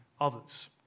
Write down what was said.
others